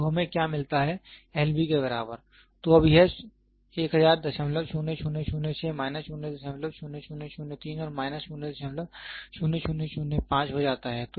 तो हमें क्या मिलता है L B के बराबर तो अब यह 10000006 माइनस 00003 और माइनस 00005 हो जाता है